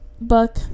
book